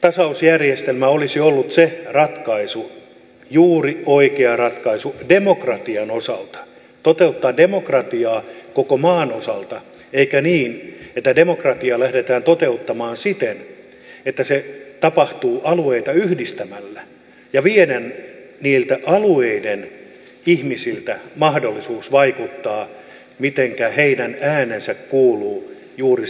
tasausjärjestelmä olisi ollut se ratkaisu juuri oikea ratkaisu demokratian osalta toteuttaa demokratiaa koko maan osalta eikä niin että demokratiaa lähdetään toteuttamaan siten että se tapahtuu alueita yhdistämällä ja vieden niiltä alueiden ihmisiltä mahdollisuus vaikuttaa siihen mitenkä heidän äänensä kuuluu juuri